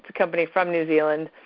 company from new zealand.